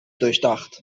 durchdacht